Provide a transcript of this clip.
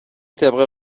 طبق